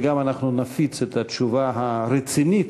וגם אנחנו נפיץ את התשובה הרצינית,